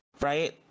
right